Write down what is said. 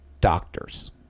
doctor's